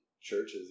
churches